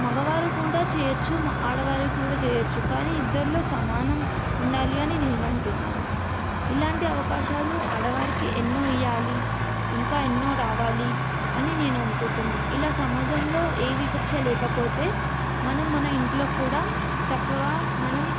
మగవారు కూడా చేయొచ్చు మ ఆడవారు కూడా చేయొచ్చు కానీ ఇద్దరిలో సమానం ఉండాలి అని నేను అంటున్నాను ఇలాంటి అవకాశాలు ఆడవారికి ఎన్నో ఇవ్వాలి ఇంకా ఎన్నో రావాలి అని నేను అనుకుంటున్నాను ఇలా సమాజంలో ఏ వివక్ష లేకపోతే మనం మన ఇంట్లో కూడా చక్కగా మనం